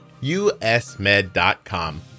usmed.com